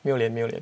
没有脸没有脸